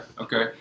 okay